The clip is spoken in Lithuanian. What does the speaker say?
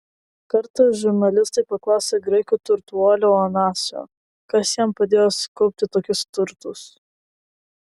kartą žurnalistai paklausė graikų turtuolio onasio kas jam padėjo sukaupti tokius turtus